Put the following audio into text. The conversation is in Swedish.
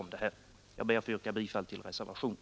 Jag ber att få yrka bifall till reservationen.